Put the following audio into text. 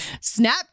Snap